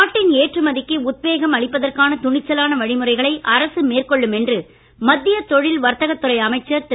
நாட்டின் ஏற்றுமதிக்கு உத்வேகம் அளிப்பதற்கான துணிச்சலான வழிமுறைகளை அரசு மேற்கொள்ளும் என்று மத்திய தொழில் வர்த்தகத் துறை அமைச்சர் திரு